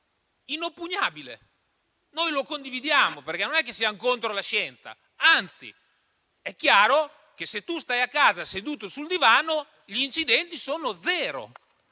Inoppugnabile, noi lo condividiamo, perché non siamo contro la scienza. Anzi, è chiaro che, se tu stai a casa seduto sul divano, gli incidenti sono zero.